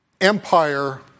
empire